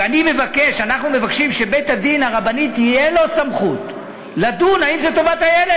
אנחנו מבקשים שבית-הדין הרבני תהיה לו סמכות לדון האם זו טובת הילד,